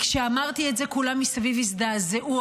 כשאמרתי את זה כולם מסביב הזדעזעו.